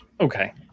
okay